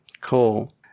Cool